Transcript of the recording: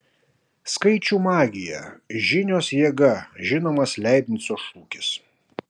skaičių magija žinios jėga žinomas leibnico šūkis